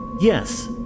Yes